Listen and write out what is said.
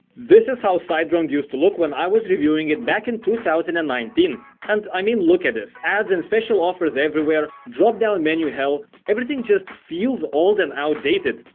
this is how siteground used to look when i was reviewing it back in two thousand and nineteen and i mean look at this. ads and special offers everywhere, drop-down menu hell everything just feels old and outdated.